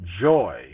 joy